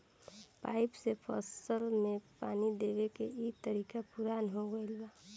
pipe से फसल में पानी देवे के इ तरीका पुरान हो गईल बा